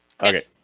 Okay